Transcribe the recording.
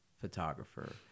photographer